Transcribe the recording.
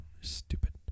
Stupid